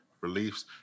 reliefs